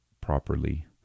properly